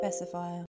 specifier